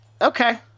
Okay